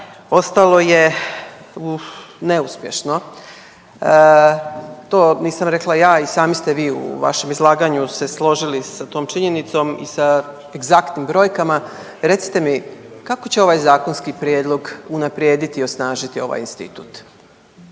ostalo je neuspješno. To nisam rekla ja. I sami ste u vašem izlaganju se složili sa tom činjenicom i egzaktnim brojkama. Recite mi kako će ovaj zakonski prijedlog unaprijediti i osnažiti ovaj institut?